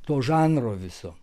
to žanro viso